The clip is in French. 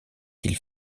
qu’il